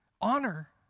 Honor